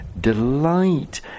delight